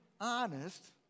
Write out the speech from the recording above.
honest